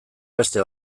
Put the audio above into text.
beste